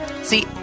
See